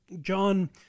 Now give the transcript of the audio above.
John